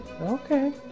Okay